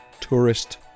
tourist